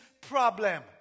problem